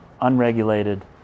unregulated